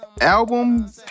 Album